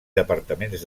departaments